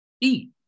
eat